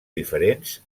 diferents